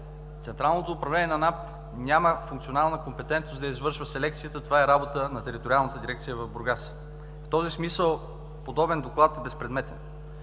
Централното управление на НАП няма функционална компетентност да извършва селекцията. Това е работа на Териториалната дирекция в Бургас. В този смисъл подобен доклад е безпредметен.